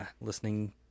Listening